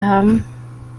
haben